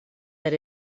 that